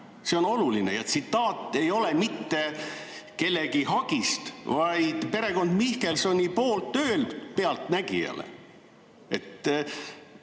See on oluline. Ja tsitaat ei ole mitte kellegi hagist, vaid perekond Mihkelsoni poolt öeldud "Pealtnägijale".